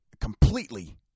completely